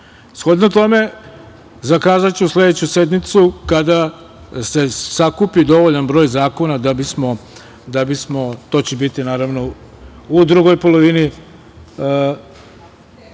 tome, zakazaću sledeću sednicu kada se sakupi dovoljan broj zakona. To će biti naravno u drugoj polovini